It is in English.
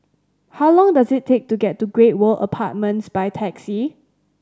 how long does it take to get to Great World Apartments by taxi